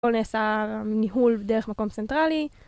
הכל נעשה, ניהול, דרך מקום צנטרלי.